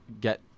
get